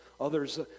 others